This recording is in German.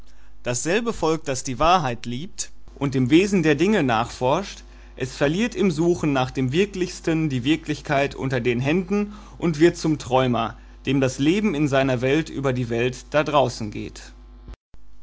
dasselbe volk das die wahrheit liebt und dem wesen der dinge nachforscht es verliert im suchen nach dem wirklichsten die wirklichkeit unter den händen und wird zum träumer dem das leben in seiner welt über die welt da draußen geht